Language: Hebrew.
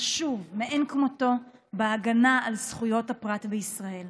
חשוב מאין כמותו בהגנה על זכויות הפרט בישראל.